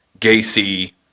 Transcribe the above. Gacy